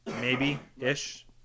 maybe-ish